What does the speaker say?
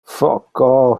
foco